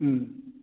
ꯎꯝ